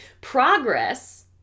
Progress